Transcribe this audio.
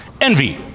Envy